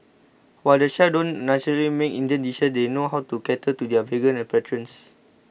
while the chefs don't necessarily make Indian dishes they know how to cater to their vegan patrons